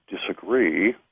disagree